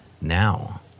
Now